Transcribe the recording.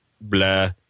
blah